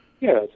Yes